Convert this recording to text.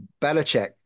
Belichick